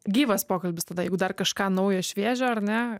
gyvas pokalbis tada jeigu dar kažką naujo šviežio ar ne